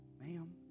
ma'am